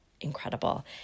incredible